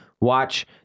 Watch